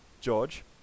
George